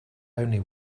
only